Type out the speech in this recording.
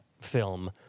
film